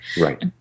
right